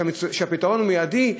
שהפתרון להם הוא מיידי,